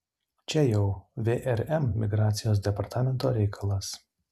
čia jau vrm migracijos departamento reikalas